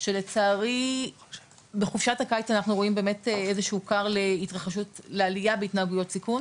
שלצערי בחופשת הקיץ אנחנו רואים באמת איזשהו כר לעלייה בהתנהגויות סיכון